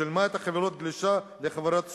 שילמה על חבילת גלישה לחברת סלולר,